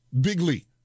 Bigly